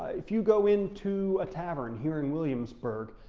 if you go into a tavern here in williamsburg,